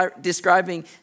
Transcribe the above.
Describing